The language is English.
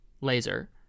laser